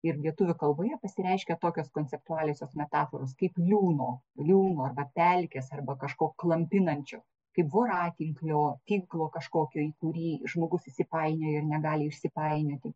ir lietuvių kalboje pasireiškia tokios konceptualiosios metaforos kaip liūno liūno arba pelkės arba kažko klampinančio kaip voratinklio tinklo kažkokio į kurį žmogus įsipainioja ir negali išsipainioti